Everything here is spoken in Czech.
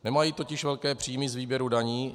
Nemají totiž velké příjmy z výběrů daní.